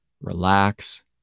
relax